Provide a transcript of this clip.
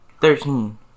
Thirteen